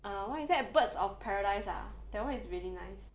uh what is that Birds Of Paradise ah that [one] is really nice